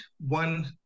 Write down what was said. one